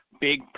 big